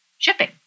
Shipping